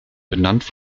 benannt